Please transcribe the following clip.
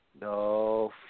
No